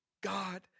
God